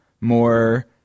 more